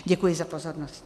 Děkuji za pozornost.